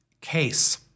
Case